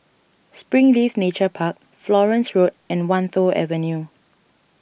Springleaf Nature Park Florence Road and Wan Tho Avenue